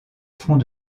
front